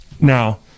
Now